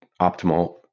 optimal